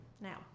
Now